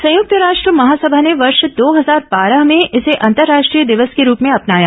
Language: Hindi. संयुक्त राष्ट्र महासभा ने वर्ष दो हजार बारह में इसे अंतर्राष्ट्रीय दिवस के रूप में अपनाया